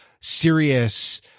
serious